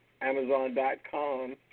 Amazon.com